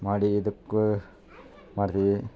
ಮಾಡಿ ಇದಕ್ಕೆ ಮಾಡ್ತೀವಿ